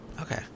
Okay